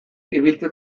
ibiltzen